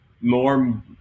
more